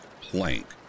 plank